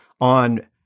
on